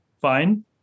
fine